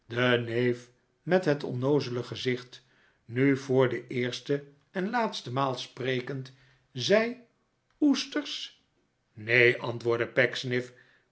neef met het onnoozele gezicht nu voor de eerste en de laatste maal sprekend zei oesters neen antwoordde